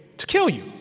to kill you